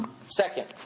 Second